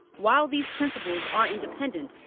while these principles are independent,